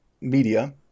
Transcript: media